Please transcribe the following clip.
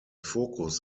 fokus